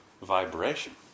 vibration